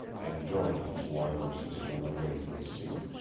and joined its larger sister on the way to the sea.